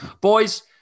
boys